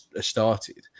started